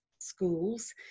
Schools